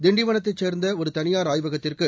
திண்டிவனத்தைச் சேர்ந்த ஒரு தனியார் ஆய்வகத்திற்கு